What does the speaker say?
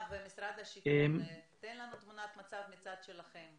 פסגת זאב לא יותר מסוכנת משכונות אחרות.